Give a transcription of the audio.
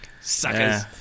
Suckers